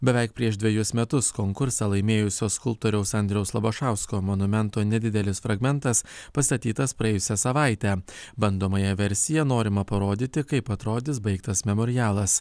beveik prieš dvejus metus konkursą laimėjusio skulptoriaus andriaus labašausko monumento nedidelis fragmentas pastatytas praėjusią savaitę bandomąja versija norima parodyti kaip atrodys baigtas memorialas